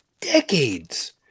decades